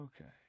Okay